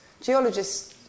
geologists